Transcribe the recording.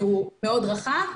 שהוא מאוד רחב,